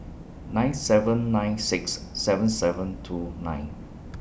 nine seven nine six seven seven two nine